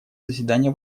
заседание